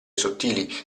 sottili